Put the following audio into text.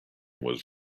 was